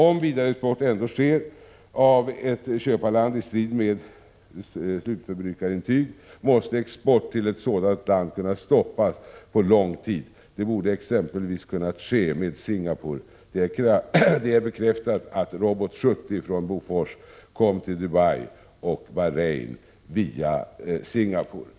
Om vidareexport ändå sker av ett köparland i strid mot slutförbrukarintyg, måste export till ett sådant land kunna stoppas för en lång tid. Detta borde exempelvis ha kunnat ske med Singapore. Det är bekräftat att Robot 70 från Bofors kom till Dubai och Bahrein via Singapore.